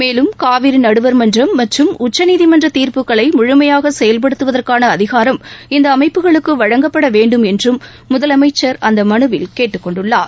மேலும் காவிரி நடுவர் மன்றம் மற்றும் உச்சநீதிமன்ற தீர்ப்புகளை முழுமையாக செயல்படுத்துவதற்கான அதிகாரம் இந்த அமைப்புகளுக்கு வேண்டும் என்றும் வழங்கப்பட முதலமைச்சர் அந்த மனவில் கேட்டுக்கொண்டுள்ளார்